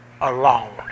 alone